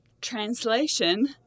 translation